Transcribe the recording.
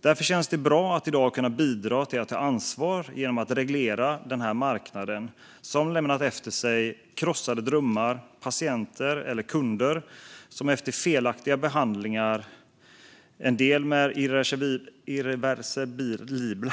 Därför känns det bra att i dag kunna bidra till att ta ansvar genom att reglera den här marknaden, som lämnat efter sig krossade drömmar och patienter eller kunder som efter felaktiga behandlingar fått skador, en del irreversibla.